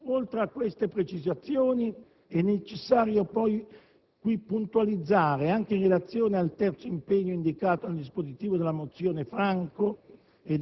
Oltre a tali precisazioni, è necessario qui puntualizzare - anche in relazione al terzo impegno indicato nel dispositivo della mozione di cui